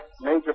major